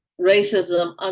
racism